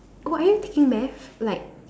oh are you taking math like